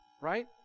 Right